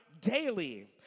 Daily